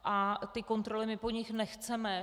A ty kontroly my po nich nechceme.